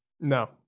No